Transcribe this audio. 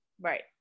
Right